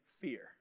fear